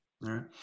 right